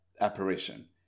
apparition